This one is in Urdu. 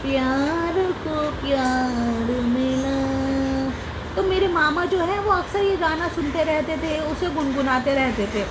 پیار کو پیار ملا تو میرے ماما جو ہے وہ اکثر یہ گانا سنتے رہتے تھے اور اسے گنگناتے رہتے تھے